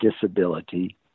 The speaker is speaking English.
disability